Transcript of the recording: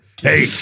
Hey